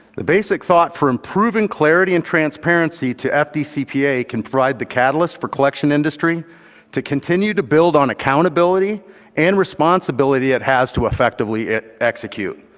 the basic thought for improving clarity and transparency to fdcpa can provide the catalyst for collection industry to continue to build on accountability and responsibility it has to effectively execute.